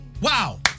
wow